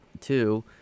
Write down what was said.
Two